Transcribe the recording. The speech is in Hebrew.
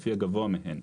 לפי הגבוה מהן.